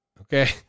okay